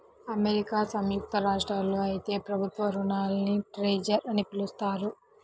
America సంయుక్త రాష్ట్రాల్లో అయితే ప్రభుత్వ రుణాల్ని ట్రెజర్ అని పిలుస్తారు